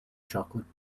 chocolate